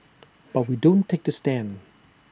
but we don't take the stand